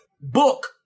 book